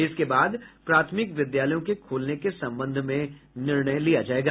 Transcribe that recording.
इसके बाद प्राथमिक विद्यालयों के खोलने के संबंध में निर्णय लिया जायेगा